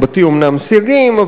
אומנם יש בסעיף 9א סייגים,